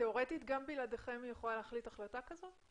תיאורטית גם בלעדיכם היא יכולה להחליט החלטה כזו?